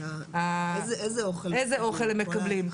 איזה אוכל הם מקבלים,